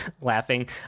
laughing